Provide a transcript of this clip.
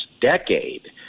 decade